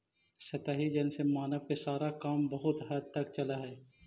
सतही जल से मानव के सारा काम बहुत हद तक चल जा हई